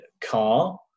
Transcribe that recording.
car